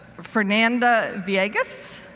fernando v iegas,